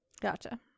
Gotcha